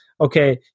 okay